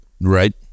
Right